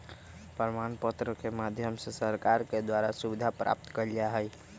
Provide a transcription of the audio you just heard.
प्रमाण पत्र के माध्यम से सरकार के द्वारा सुविधा प्राप्त कइल जा हई